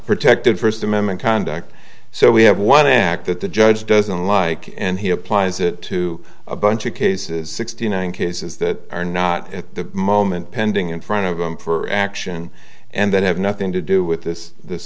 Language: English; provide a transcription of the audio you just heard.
protected first amendment conduct so we have one act that the judge doesn't like and he applies it to a bunch of cases sixty nine cases that are not at the moment pending in front of them for action and that have nothing to do with this this